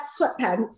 sweatpants